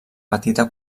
petita